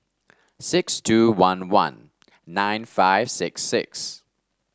six two one one nine five six six